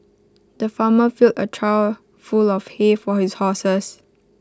the farmer filled A trough full of hay for his horses